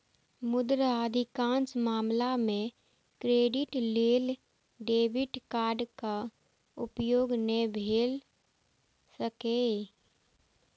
मुदा अधिकांश मामला मे क्रेडिट लेल डेबिट कार्डक उपयोग नै भए सकैए